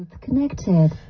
Connected